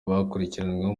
bakurikiranweho